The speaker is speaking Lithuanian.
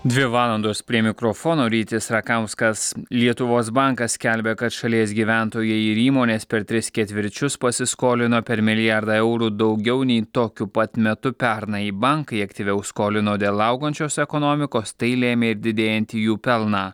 dvi valandos prie mikrofono rytis rakauskas lietuvos bankas skelbia kad šalies gyventojai ir įmonės per tris ketvirčius pasiskolino per milijardą eurų daugiau nei tokiu pat metu pernai bankai aktyviau skolino dėl augančios ekonomikos tai lėmė ir didėjantį jų pelną